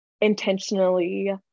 intentionally